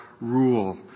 rule